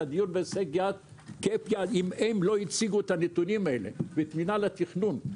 את הדיור בהישג יד - אם הם לא הציגו את הנתונים האלה ואת מינהל התכנון,